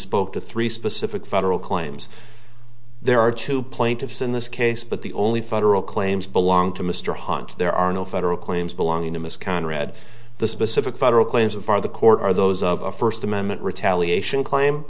spoke to three specific federal claims there are two plaintiffs in this case but the only federal claims belong to mr hunt there are no federal claims belonging to mr conrad the specific federal claims of by the court are those of a first amendment retaliation claim